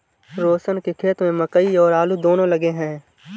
रोशन के खेत में मकई और आलू दोनो लगे हैं